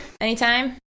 anytime